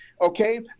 okay